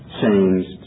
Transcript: changed